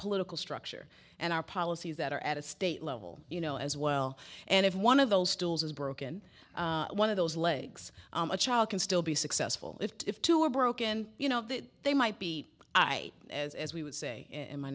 political structure and our policies that are at a state level you know as well and if one of those tools is broken one of those legs a child can still be successful if two are broken you know they might be i as we would say in my